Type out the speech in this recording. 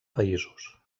països